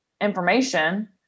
information